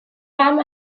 fam